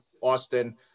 austin